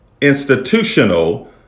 institutional